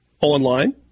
online